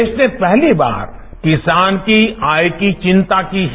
देश ने पहली बार किसान की आय की चिंता की है